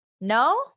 No